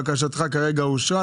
בקשתך כרגע אושרה,